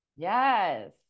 Yes